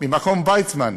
ממכון ויצמן.